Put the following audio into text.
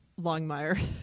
Longmire